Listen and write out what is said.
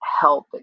help